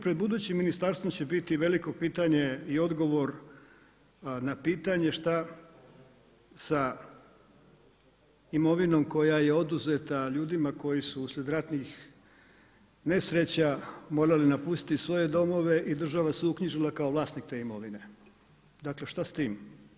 Pred budućim ministarstvom će biti veliko pitanje i odgovor na pitanje šta sa imovinom koja je oduzeta ljudima koji su uslijed ratnih nesreća morali napustiti svoje domove i država se uknjižila kao vlasnik te imovine, dakle šta s tim.